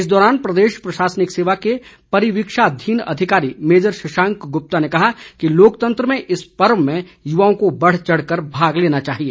इस दौरान प्रदेश प्रशासनिक सेवा के परीवीक्षाधीन अधिकारी मेजर शशांक गुप्ता ने कहा कि लोकतंत्र में इस पर्व में युवाओं को बढ़ चढ़ कर भाग लेना चाहिए